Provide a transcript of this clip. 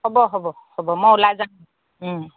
হ'ব হ'ব হ'ব মই ওলাই যাম